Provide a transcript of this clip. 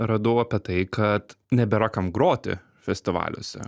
radau apie tai kad nebėra kam groti festivaliuose